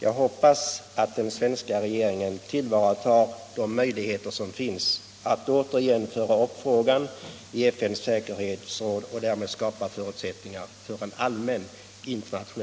Jag hoppas att den svenska regeringen tillvaratar de möjligheter som finns att återigen föra upp frågan i FN:s säkerhetsråd och därmed skapa förutsättningar för en allmän in